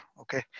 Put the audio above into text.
okay